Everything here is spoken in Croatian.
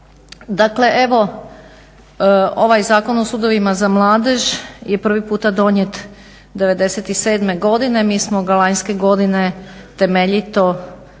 Dakle, evo ovaj Zakon o sudovima za mladež je prvi puta donijet '97. godine. Mi smo ga lanjske godine temeljito